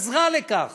עזרה לכך